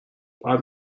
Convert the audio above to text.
باید